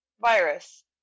virus